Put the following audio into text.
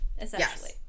Essentially